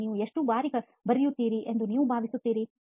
ಮತ್ತು ನೀವು ಎಷ್ಟು ಬಾರಿ ಬರೆಯುತ್ತೀರಿ ಎಂದು ನೀವು ಭಾವಿಸುತ್ತೀರಿ